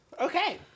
Okay